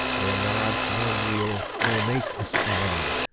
nor nod, nor kneel, nor make a sign,